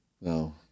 No